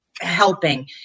helping